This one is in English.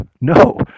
no